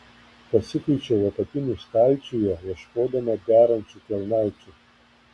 pasikuičiau apatinių stalčiuje ieškodama derančių kelnaičių